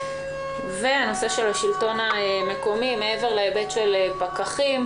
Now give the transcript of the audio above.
נושא השלטון המקומי מעבר להיבט של הפקחים,